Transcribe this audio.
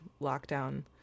lockdown